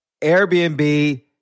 Airbnb